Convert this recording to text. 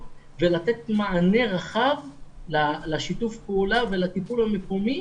ולתת מענה רחב לשיתוף הפעולה ולטיפול המקומי.